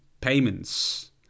payments